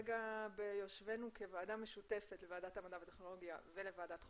ביושבנו כוועדה משותפת לוועדת המדע והטכנולוגיה ולוועדת חוקה,